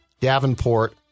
Davenport